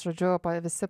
žodžiu visi